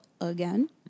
again